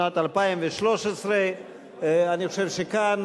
שנת 2013. אני חושב שכאן,